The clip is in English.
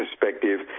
perspective